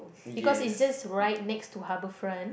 because is just right next to Harbourfront